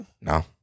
No